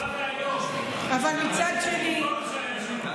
זה נורא ואיום, אבל תגידי כל מה שהיה שם.